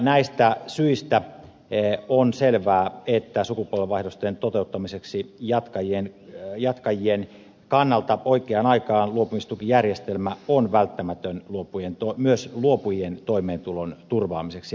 näistä syistä on selvää että sukupolvenvaihdosten toteuttamiseksi jatkajien kannalta oikeaan aikaan luopumistukijärjestelmä on välttämätön myös luopujien toimeentulon turvaamiseksi